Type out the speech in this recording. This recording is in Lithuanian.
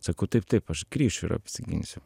sakau taip taip aš grįšiu ir apsiginsiu